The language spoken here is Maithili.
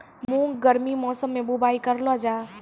मूंग गर्मी मौसम बुवाई करलो जा?